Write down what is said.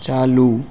चालू